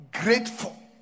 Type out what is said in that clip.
grateful